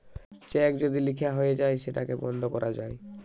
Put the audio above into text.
check যদি লিখা হয়ে যায় সেটাকে বন্ধ করা যায়